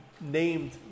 named